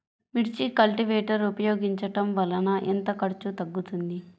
మిర్చి కల్టీవేటర్ ఉపయోగించటం వలన ఎంత ఖర్చు తగ్గుతుంది?